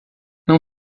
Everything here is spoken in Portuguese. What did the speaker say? não